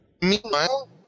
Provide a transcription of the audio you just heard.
Meanwhile